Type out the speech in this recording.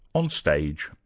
on stage,